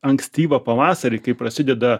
ankstyvą pavasarį kai prasideda